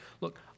look